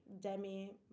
Demi